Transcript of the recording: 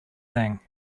thing